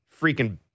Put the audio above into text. freaking